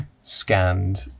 scanned